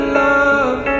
love